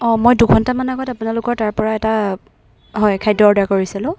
অঁ মই দুঘণ্টামান আগত আপোনালোকৰ তাৰপৰা এটা হয় খাদ্য অৰ্ডাৰ কৰিছিলো